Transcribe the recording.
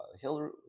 Hillary